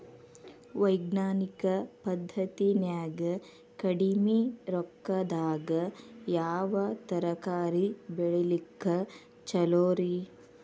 ವೈಜ್ಞಾನಿಕ ಪದ್ಧತಿನ್ಯಾಗ ಕಡಿಮಿ ರೊಕ್ಕದಾಗಾ ಯಾವ ತರಕಾರಿ ಬೆಳಿಲಿಕ್ಕ ಛಲೋರಿ?